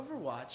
Overwatch